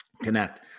connect